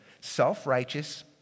self-righteous